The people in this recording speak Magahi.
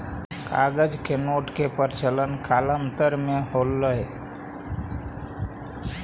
कागज के नोट के प्रचलन कालांतर में होलइ